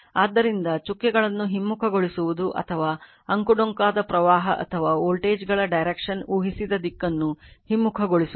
ಆದ್ದರಿಂದ ಚುಕ್ಕೆಗಳನ್ನು ಹಿಮ್ಮುಖಗೊಳಿಸುವುದು ಅಥವಾ ಅಂಕುಡೊಂಕಾದ ಪ್ರವಾಹ ಅಥವಾ ವೋಲ್ಟೇಜ್ಗಳ direction ಊಹಿಸಿದ ದಿಕ್ಕನ್ನು ಹಿಮ್ಮುಖಗೊಳಿಸುವುದು